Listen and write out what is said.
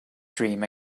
dream